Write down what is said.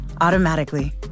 automatically